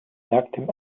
nacktem